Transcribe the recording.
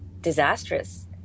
disastrous